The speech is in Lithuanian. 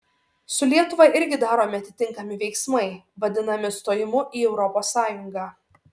su lietuva irgi daromi atitinkami veiksmai vadinami stojimu į europos sąjungą